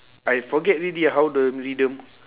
I forget already how the rhythm